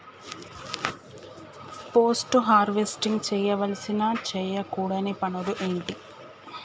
Post harvesting చేయవలసిన చేయకూడని పనులు ఏంటి?